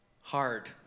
hard